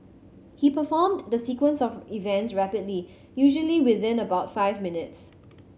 he performed the sequence of events rapidly usually within about five minutes